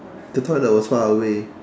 the toilet was far away